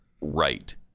Right